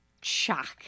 shock